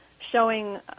showing